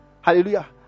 Hallelujah